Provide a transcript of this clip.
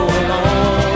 alone